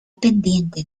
pendiente